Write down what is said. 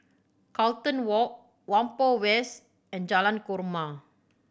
Carlton Walk Whampoa West and Jalan Korma